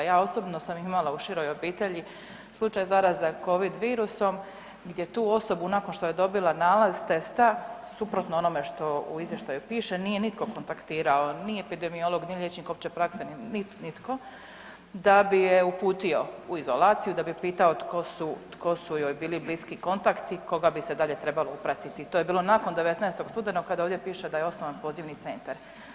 Ja osobno sam imala u široj obitelji slučaj zaraze covid virusom gdje tu osobu nakon što je dobila nalaz testa suprotno onome što u izvještaju piše nije nitko kontaktirao, ni epidemiolog, ni liječnik opće prakse, nitko, da bi je uputio u izolaciju, da bi je pitao tko su, tko su joj bili bliski kontakti, koga bi se dalje trebalo upratiti, to je bilo nakon 19. studenog kada ovdje piše da je osnovan pozivni centar.